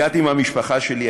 הגעתי עם המשפחה שלי,